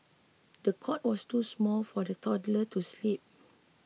the cot was too small for the toddler to sleep